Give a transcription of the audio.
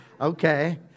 okay